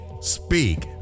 speak